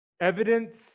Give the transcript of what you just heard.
evidence